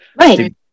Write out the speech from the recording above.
Right